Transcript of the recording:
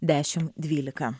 dešim dvylika